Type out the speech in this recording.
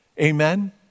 Amen